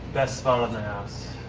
best spot in the house.